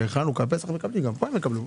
בחנוכה ובפסח מקבלים, גם פה הם יקבלו.